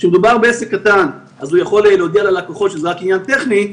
כשמדובר בעסק קטן אז הוא יכול להודיע ללקוחות שזה רק עניין טכני,